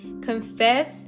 Confess